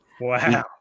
Wow